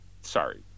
sorry